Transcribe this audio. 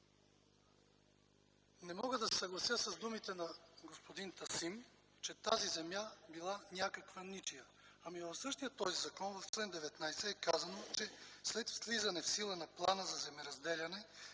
Не мога да се съглася с думите на господин Тасим, че тази земя била някаква ничия. В същия този закон, в чл. 19, е казано, че след влизане в сила на плана за земеразделяне